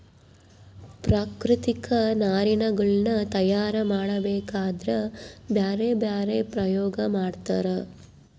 ಪ್ರಾಕೃತಿಕ ನಾರಿನಗುಳ್ನ ತಯಾರ ಮಾಡಬೇಕದ್ರಾ ಬ್ಯರೆ ಬ್ಯರೆ ಪ್ರಯೋಗ ಮಾಡ್ತರ